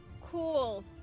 Cool